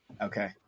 Okay